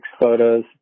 photos